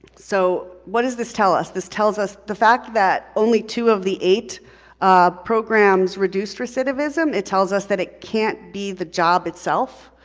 so, what does this tell us? this tell us, the fact that only two of the eight programs reduced recidivism, it tells us that it can't be the job itself,